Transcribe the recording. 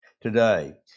today